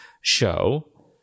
show